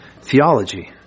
theology